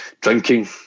drinking